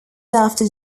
after